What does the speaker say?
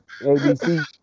ABC